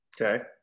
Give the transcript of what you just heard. Okay